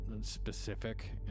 specific